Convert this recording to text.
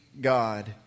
God